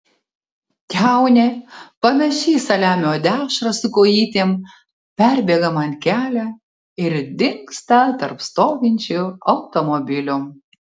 kiaunė panaši į saliamio dešrą su kojytėm perbėga man kelią ir dingsta tarp stovinčių automobilių